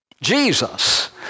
Jesus